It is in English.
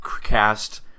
cast